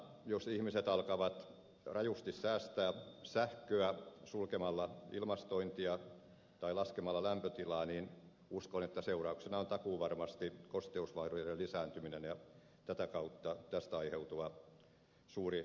toisaalta jos ihmiset alkavat rajusti säästää sähköä sulkemalla ilmastointia tai laskemalla lämpötilaa niin uskon että seurauksena on takuuvarmasti kosteusvaurioiden lisääntyminen ja tätä kautta tästä aiheutuva suuri lasku